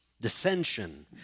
dissension